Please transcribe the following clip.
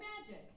magic